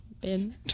bin